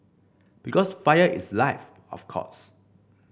because fire is life of course